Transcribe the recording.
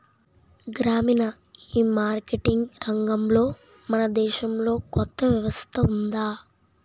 గ్రామీణ ఈమార్కెటింగ్ రంగంలో మన దేశంలో కొత్త వ్యవస్థ ఉందా?